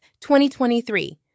2023